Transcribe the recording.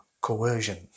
Coercion